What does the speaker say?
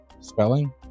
Spelling